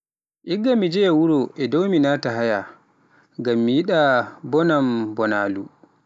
Igga mi jeya wuro am dow me mi naata haaya, ngam mi yiɗa mbonambonaalu.